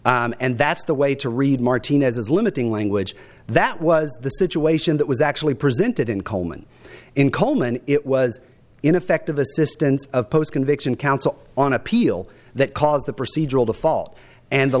help and that's the way to read martinez is limiting language that was the situation that was actually presented in coleman in coleman it was ineffective assistance of post conviction counsel on appeal that caused the procedural default and the